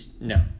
No